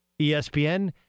ESPN